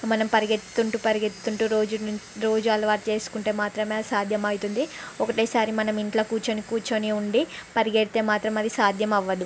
మనం పరుగెత్తుకుంటూ పరుగెత్తుకుంటూ రోజు రోజు అలవాటు చేసుకుంటే మాత్రమే సాధ్యమవుతుంది ఒకటేసారి మనం ఇంట్లో కూర్చొని కూర్చొని ఉండి పరిగెడితే మాత్రం అది సాధ్యం అవదు